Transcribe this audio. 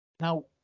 Now